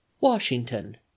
Washington